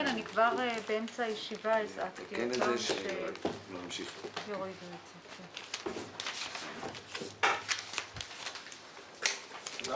הישיבה ננעלה בשעה 12:37.